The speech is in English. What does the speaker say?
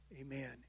amen